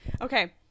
okay